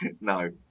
no